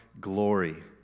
glory